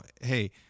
Hey